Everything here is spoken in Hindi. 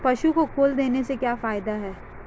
पशु को खल देने से क्या फायदे हैं?